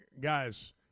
Guys